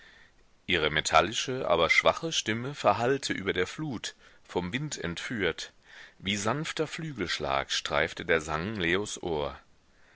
ihre metallische aber schwache stimme verhallte über der flut vom wind entführt wie sanfter flügelschlag streifte der sang leos ohr